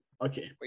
Okay